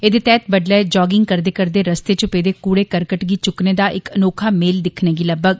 एहदे तैहत बडलै जॉगिंग करदे करदे रस्ते च पेदे कूडे करकट गी चुक्कने दा इक अनोखा मेल दिक्खने गी लब्मोग